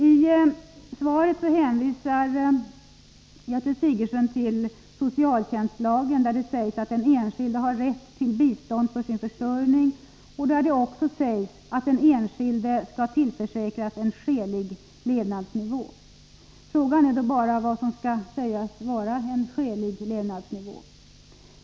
I svaret hänvisar Gertrud Sigurdsen till socialtjänstlagen, där det sägs att den enskilde har rätt till bistånd för sin försörjning och där det också sägs att den enskilde skall tillförsäkras en skälig levnadsnivå. Frågan är bara vad som skall anses vara en skälig levnadsnivå.